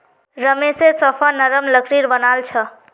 रमेशेर सोफा नरम लकड़ीर बनाल छ